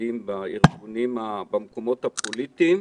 ובמקומות הפוליטיים.